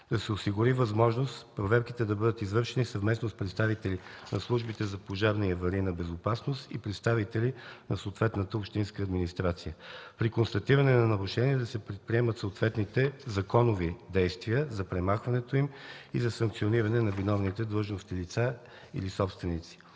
Да се осигури възможност проверките да бъдат извършени съвместно с представители на службите за пожарна и аварийна безопасност и представители на съответната общинска администрация. При констатиране на нарушения да се предприемат съответните законови действия за премахването им и за санкциониране на виновните длъжностни лица или собственици.